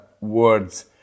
Words